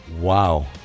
Wow